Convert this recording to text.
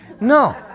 No